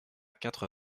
quatre